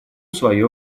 свое